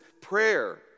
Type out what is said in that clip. prayer